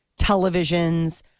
televisions